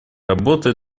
работа